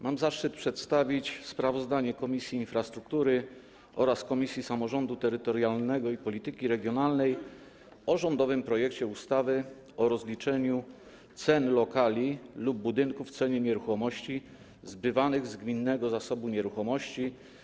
Mam zaszczyt przedstawić sprawozdanie Komisji Infrastruktury oraz Komisji Samorządu Terytorialnego i Polityki Regionalnej o rządowym projekcie ustawy o rozliczaniu ceny lokali lub budynków w cenie nieruchomości zbywanych z gminnego zasobu nieruchomości.